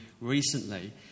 recently